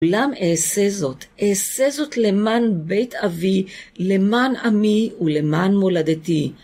אולם אעשה זאת, אעשה זאת למען בית אבי, למען עמי ולמען מולדתי.